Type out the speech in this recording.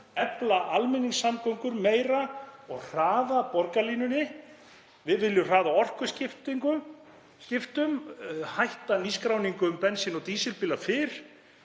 efla almenningssamgöngur meira og hraða borgarlínunni. Við viljum hraða orkuskiptum, hætta nýskráningum bensín- og dísilbíla fyrr